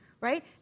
right